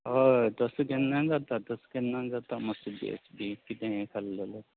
हय तशें केन्नाय जाता तस केन्नाय जाता मातशें ये खाल्लें जाल्यार